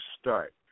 start